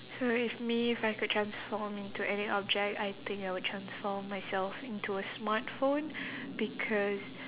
so if me if I could transform into any object I think I would transform myself into a smartphone because